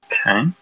Okay